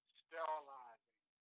sterilizing